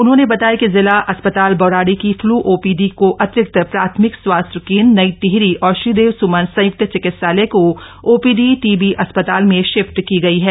उन्होंने बताया कि जिला अस्पताल बौराड़ी की फ्लू ओपीडी को अतिरिक्त प्राथमिक स्वास्थ्य केंद्र नई टिहरी और श्रीदेव सुमन संयुक्त चिकित्सालय की ओपीडी टीबी अस्पताल में शिफ्ट की गई है